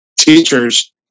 teachers